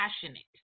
passionate